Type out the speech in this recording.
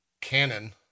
canon